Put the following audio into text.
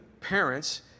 parents